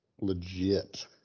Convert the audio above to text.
legit